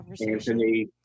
Anthony